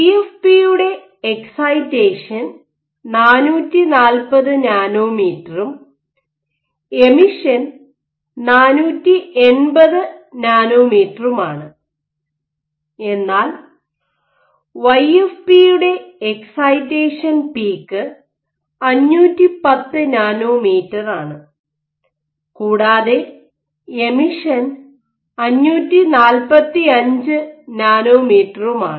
CFP യുടെ excitation 440 നാനോമീറ്ററും emission 480 നാനോമീറ്ററുമാണ് എന്നാൽ വൈഎഫ്പിയുടെ എക്സൈറ്റേഷൻ പീക്ക് 510 നാനോമീറ്ററാണ് കൂടാതെ എമിഷൻ 545 നാനോമീറ്ററുമാണ്